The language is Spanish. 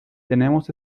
tenemos